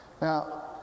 Now